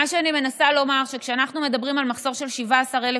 מה שאני מנסה לומר זה שכשאנחנו מדברים על מחסור של 17,000